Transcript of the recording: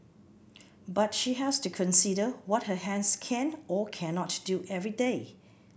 but she has to consider what her hands can or cannot do every day